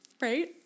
right